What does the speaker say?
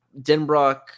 Denbrock